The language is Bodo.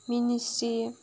मिनिश्री